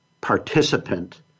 participant